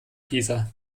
pisa